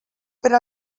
per